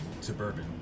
suburban